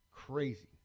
Crazy